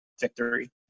victory